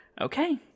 okay